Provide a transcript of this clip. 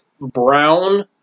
brown